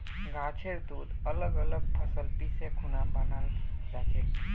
गाछेर दूध अलग अलग फसल पीसे खुना बनाल जाछेक